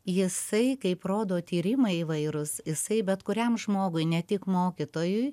jisai kaip rodo tyrimai įvairūs jisai bet kuriam žmogui ne tik mokytojui